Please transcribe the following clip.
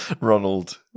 Ronald